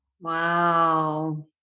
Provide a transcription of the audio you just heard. Wow